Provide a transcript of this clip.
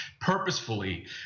purposefully